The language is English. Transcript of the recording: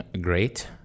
great